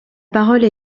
parole